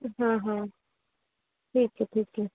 हाँ हाँ ठीक है ठीक है